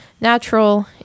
natural